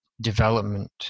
development